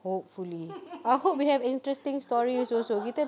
hopefully I hope we have interesting stories kita